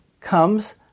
comes